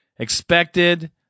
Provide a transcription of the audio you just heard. expected